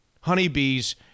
honeybees